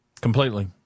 Completely